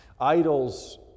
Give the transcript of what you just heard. Idols